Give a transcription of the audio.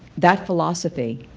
that philosophy,